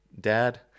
dad